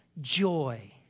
joy